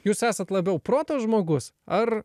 jūs esat labiau proto žmogus ar